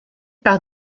par